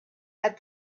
had